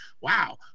Wow